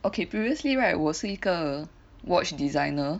okay previously right 我是一个 watch designer